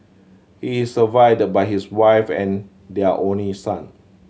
he is survived by his wife and their only son